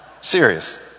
Serious